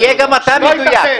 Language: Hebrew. תהיה גם אתה מדויק.